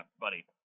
buddy